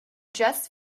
just